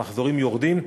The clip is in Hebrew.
והמחזורים יורדים.